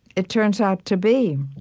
it turns out to be